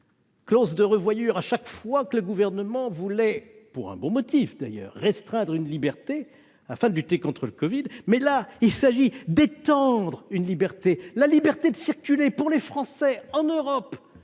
clauses de revoyure à chaque fois que le Gouvernement voulait, pour un motif légitime d'ailleurs, restreindre une liberté pour lutter contre le covid. Mais, là, il s'agit d'étendre la liberté de circuler pour les Français en Europe.